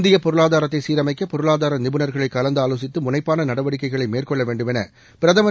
இந்தியப் பொருளாதாரத்தை சீரமைக்க பொருளாதார நிபுணர்களை கலந்தாலோசித்து முனைப்பான நடவடிக்கைகளை மேற்கொள்ள வேண்டும் என பிரதமரை